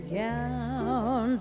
gown